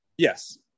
Yes